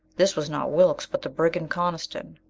this was not wilks, but the brigand coniston.